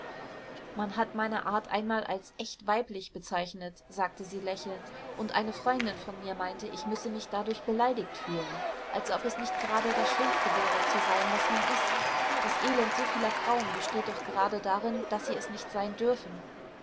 man hat meine art einmal als echt weiblich bezeichnet sagte sie lächelnd und eine freundin von mir meinte ich müsse mich dadurch beleidigt fühlen als ob es nicht gerade das schönste wäre zu sein was man ist das elend so vieler frauen besteht doch gerade darin daß sie es nicht sein dürfen